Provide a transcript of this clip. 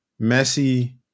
Messi